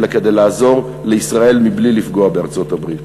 אלא כדי לעזור לישראל מבלי לפגוע בארצות-הברית.